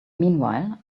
meanwhile